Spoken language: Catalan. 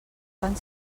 fan